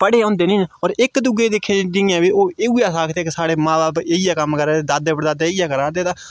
पढ़े होंदे निं हैन होर इक दूऐ दिक्खी जि'यां बी ओह उ'ऐ अस आखदे कि साढ़े मां ब'ब्ब इ'यै क'म्म करा दे दादे परदादे इ'यै करा दे तां